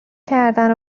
کردن